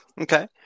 Okay